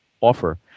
offer